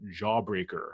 Jawbreaker